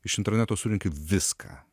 iš interneto surenki viską